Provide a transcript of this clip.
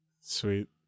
Sweet